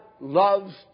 loves